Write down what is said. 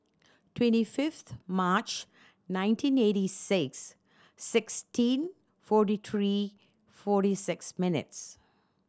twenty fifth March nineteen eighty six sixteen forty three forty six minutes